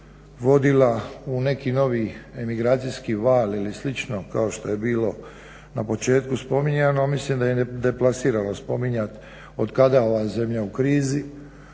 vodila u neki novi migracijski val ili slično kao što je bilo na početku spominjano, a mislim da je deplasirano spominjati otkada je ova zemlja u krizi,